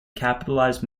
capitalized